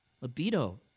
libido